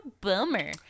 bummer